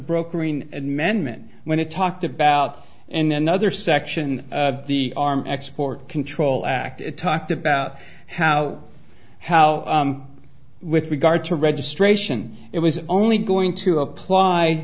brokering men meant when it talked about in another section of the arm export control act it talked about how how with regard to registration it was only going to apply